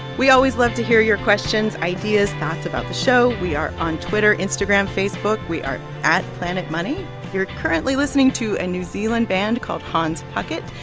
we always love to hear your questions, ideas, thoughts about the show. we are on twitter, instagram, facebook. we are at planetmoney. you're currently listening to a new zealand band called hans pucket.